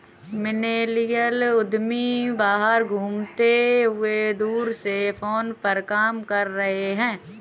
millennial उद्यमी बाहर घूमते हुए दूर से फोन पर काम कर रहे हैं